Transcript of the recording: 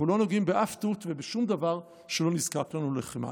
אנחנו לא נוגעים באף תות ובשום דבר שלא נדרש לנו ללחימה.